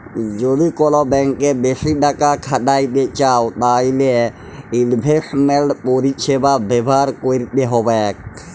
যদি কল ব্যাংকে বেশি টাকা খ্যাটাইতে চাউ তাইলে ইলভেস্টমেল্ট পরিছেবা ব্যাভার ক্যইরতে হ্যবেক